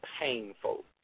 painful